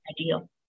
ideal